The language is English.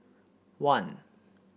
one